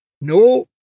no